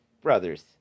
brothers